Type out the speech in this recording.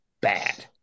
bad